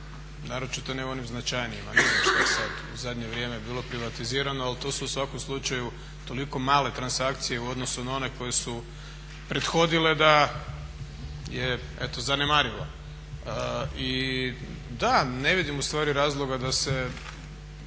naročito ne u onim značajnijima. Ne znam šta je sad u zadnje vrijeme bilo privatiziramo ali to su u svakom slučaju toliko male transakcije u odnosu na one koje su prethodile da je eto zanemarivo. I da, ne vidim u stvari razloga da se